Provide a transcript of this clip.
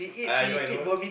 ah I know I know